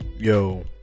Yo